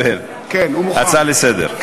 להצעה לסדר-היום.